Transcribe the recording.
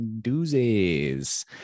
doozies